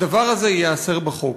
הדבר הזה ייאסר בחוק.